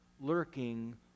lurking